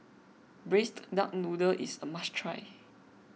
Braised Duck Noodle is a must try